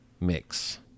mix